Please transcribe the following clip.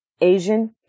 Asian